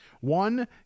One